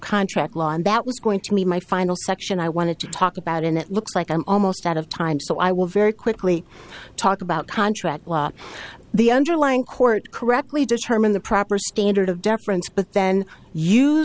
contract law and that was going to be my final section i wanted to talk about and it looks like i'm almost out of time so i will very quickly talk about contract law the underlying court correctly determine the proper standard of deference but then